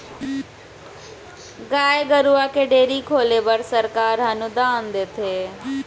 गाय गरूवा के डेयरी खोले बर सरकार ह अनुदान देथे